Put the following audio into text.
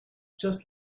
just